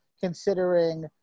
considering